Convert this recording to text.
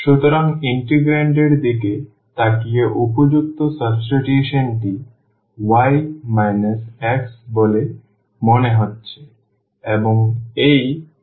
সুতরাং ইন্টিগ্রান্ড এর দিকে তাকিয়ে উপযুক্ত সাবস্টিটিউশনটি y x বলে মনে হচ্ছে এবং এই x